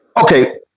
okay